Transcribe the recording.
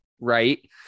right